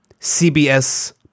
CBS